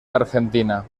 argentina